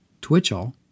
Twitchell